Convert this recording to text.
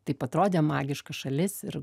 taip atrodė magiška šalis ir